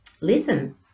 Listen